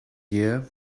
year